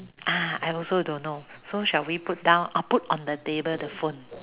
uh I also don't know so shall we put down or put on the table the phone